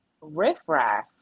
Riffraff